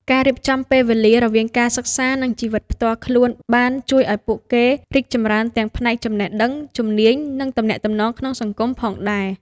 ការរៀបចំពេលវេលារវាងការសិក្សានិងជីវិតផ្ទាល់ខ្លួនបានជួយឱ្យពួកគេអាចរីកចម្រើនទាំងផ្នែកចំណេះដឹង ជំនាញ និងទំនាក់ទំនងក្នុងសង្គមផងដែរ។